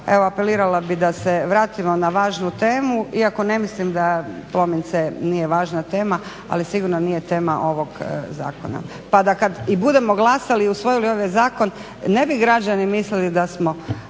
evo apelirala bih da se vratimo na važnu temu iako ne mislim da Plomin C nije važna tema ali sigurno nije tema ovog zakona pa da kad i budemo glasali i usvojili ovaj zakon ne bi građani mislili da smo